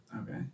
Okay